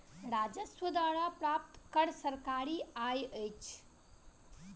राजस्व द्वारा प्राप्त कर सरकारी आय अछि